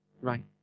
Right